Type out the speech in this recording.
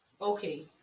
Okay